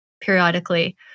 periodically